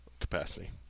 capacity